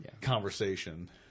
conversation